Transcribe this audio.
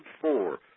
four